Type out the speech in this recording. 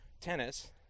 tennis